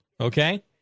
okay